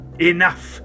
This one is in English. Enough